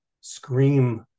scream